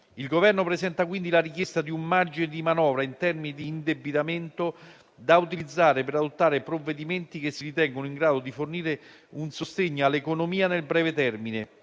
Il Governo presenta quindi la richiesta di un margine di manovra in termini di indebitamento da utilizzare per adottare provvedimenti che si ritengono in grado di fornire un sostegno all'economia nel breve termine,